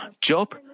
Job